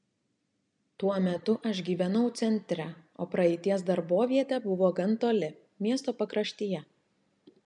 tuo metu aš gyvenau centre o praeities darbovietė buvo gan toli miesto pakraštyje